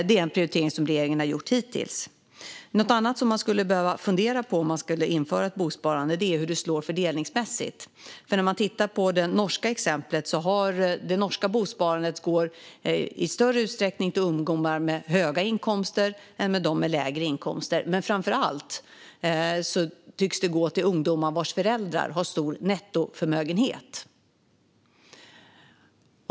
Det är en prioritering som regeringen hittills gjort. Något annat som man skulle behöva fundera över om ett bosparande införs är hur det slår fördelningsmässigt. När man tittar på det norska exemplet kan man se att det norska bosparandet i större utsträckning går till ungdomar med höga inkomster än till dem med lägre inkomster. Framför allt tycks sparandet gå till ungdomar vars föräldrar har stor nettoförmögenhet.